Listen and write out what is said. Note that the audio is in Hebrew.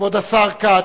כבוד השר כ"ץ,